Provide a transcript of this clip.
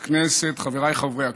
חבריי חברי הכנסת,